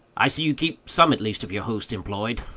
i see you keep some, at least, of your host employed.